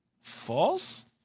False